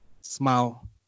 Smile